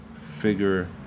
figure